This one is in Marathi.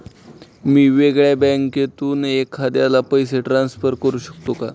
मी वेगळ्या बँकेतून एखाद्याला पैसे ट्रान्सफर करू शकतो का?